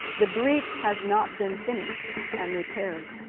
the breach has not been finished and repaired.